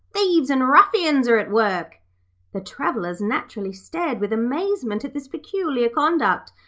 thieves and ruffians are at work the travellers naturally stared with amazement at this peculiar conduct.